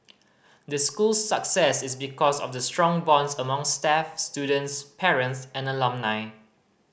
the school's success is because of the strong bonds among staff students parents and alumni